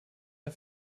der